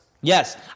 Yes